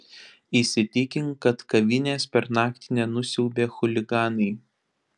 įsitikink kad kavinės per naktį nenusiaubė chuliganai